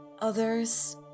others